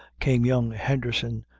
came young henderson,